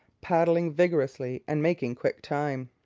paddling vigorously and making quick time.